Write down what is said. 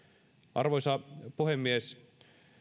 arvoisa puhemies